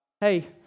Hey